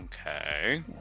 Okay